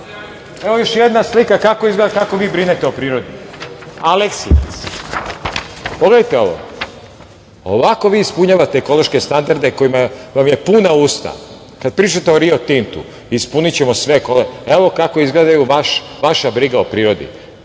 Evo još jedna slika kako izgleda kako vi brinete o prirodi. Aleksinac. Pogledajte ovo. Ovako vi ispunjavate ekološke standarde kojima su vam puna usta - kada pričate o „Rio Tintu“, ispunićemo sve. Evo kako izgleda vaša briga o prirodi.